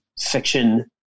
fiction